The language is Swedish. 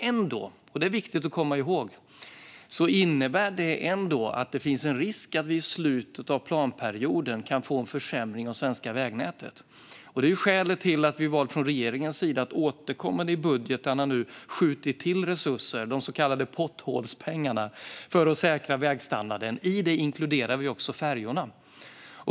Men det finns ändå - och detta är viktigt att komma ihåg - en risk att vi i slutet av planperioden kan få en försämring av det svenska vägnätet. Detta är skälet till att vi från regeringens sida valt att i budgetarna återkommande skjuta till resurser - de så kallade potthålspengarna - för att säkra vägstandarden. I det inkluderar vi också färjorna.